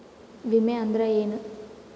ವಿಮೆ ಅಂದ್ರೆ ಏನ?